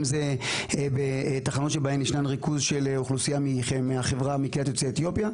אם זה תחנות שבהן יש ריכוז של אוכלוסייה של קהילת יוצאי אתיופיה.